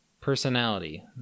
personality